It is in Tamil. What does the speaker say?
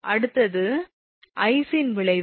அடுத்தது ஐஸின் விளைவு